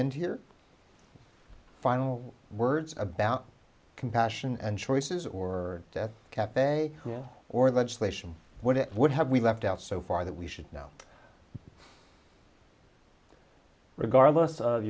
end here final words about compassion and choices or cafe or legislation what it would have we left out so far that we should know regardless of